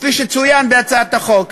כפי שצוין בהצעת החוק,